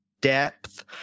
depth